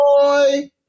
boy